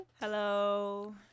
Hello